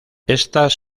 estas